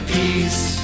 peace